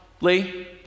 Lee